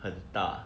很大